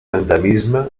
endemisme